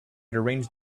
deranged